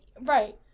right